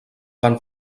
van